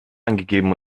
eingegeben